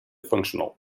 functional